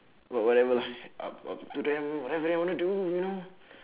what~ whatever lah up up to them whatever they want to do you know